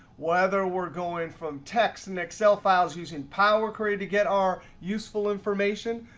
whether we're going from text in excel files using power query to get our useful information,